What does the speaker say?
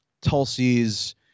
Tulsi's